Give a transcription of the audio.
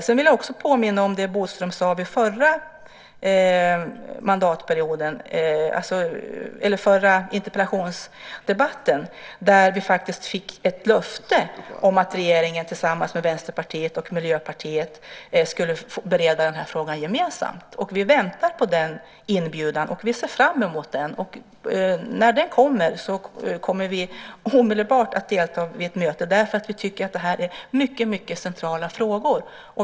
Sedan vill jag också påminna om det Bodström sade i förra interpellationsdebatten. Där fick vi faktiskt ett löfte om att regeringen tillsammans med Vänsterpartiet och Miljöpartiet skulle bereda frågan gemensamt. Vi väntar på den inbjudan och ser fram emot den. När den kommer ska vi omedelbart delta i ett möte. Det är mycket centrala frågor.